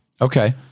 Okay